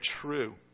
true